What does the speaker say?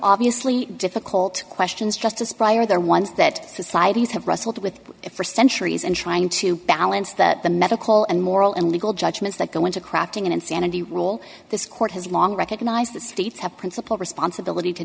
obviously difficult questions just as prior there ones that societies have wrestled with for centuries and trying to balance that the medical and moral and legal judgments that go into crafting an insanity rule this court has long recognized the states have principal responsibility to